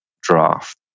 draft